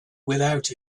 without